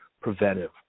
preventive